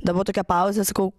darau tokią pauzę sakau